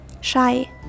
Shy